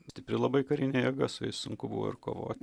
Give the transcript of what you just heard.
stipri labai karinė jėga su jais sunku buvo ir kovot